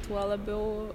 tuo labiau